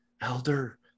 elder